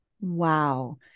Wow